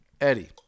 Eddie